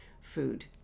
food